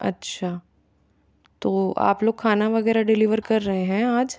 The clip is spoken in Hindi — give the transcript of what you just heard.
अच्छा तो आप लोग खाना वगैरह डिलीवर कर रहे हैं आज